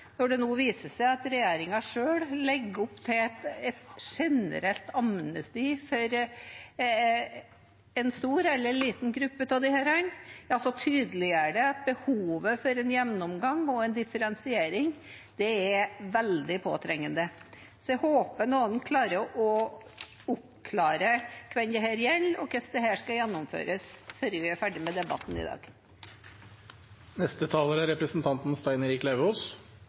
Når det nå viser seg at regjeringen selv legger opp til et generelt amnesti for en stor eller liten gruppe av disse, tydeliggjør det at behovet for en gjennomgang og en differensiering er veldig påtrengende. Så jeg håper at noen, før vi er ferdige med debatten i dag, klarer å oppklare hvem dette gjelder, og hvordan dette skal gjennomføres. Jeg må si at dette etter hvert har blitt en spesiell seanse å lytte til. Representanten